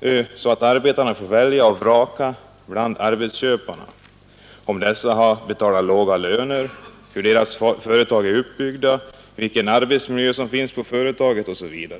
möjlighet för arbetarna att välja och vraka mellan arbetsköparna — om dessa har betalat låga löner, hur deras företag är uppbyggda, vilken arbetsmiljö som finns på företagen, osv.